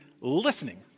listening